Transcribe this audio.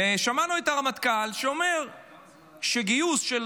שמענו את הרמטכ"ל אומר שגיוס של